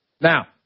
Now